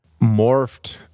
morphed